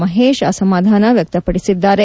ಮಹೇಶ್ ಅಸಮಾಧಾನ ವ್ಯಕ್ತಪಡಿಸಿದ್ದಾರೆ